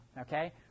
okay